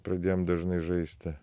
pradėjom dažnai žaist